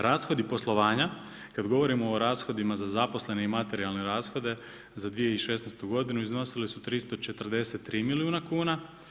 Rashodi poslovanja kad govorimo o rashodima za zaposlene i materijalne rashode za 2016. godinu iznosili su 343 milijuna kuna.